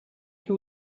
che